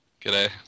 G'day